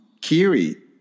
Kiri